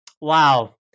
Wow